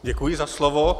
Děkuji za slovo.